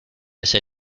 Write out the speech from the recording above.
ese